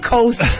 Coast